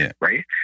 Right